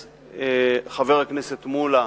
חבר הכנסת מולה